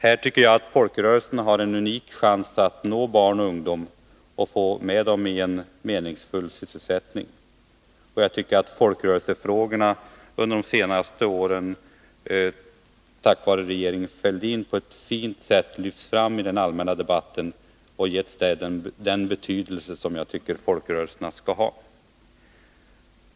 Här tycker jag att folkrörelserna har en unik chans att nå barn och ungdomar och få med dem i en meningsfull sysselsättning. Jag tycker att folkrörelsefrågorna under de senaste åren tack vare regeringen Fälldin på ett fint sätt lyfts fram i den allmänna debatten och att man gett folkrörelserna den betydelse som de bör ha.